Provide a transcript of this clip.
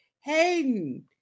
Hayden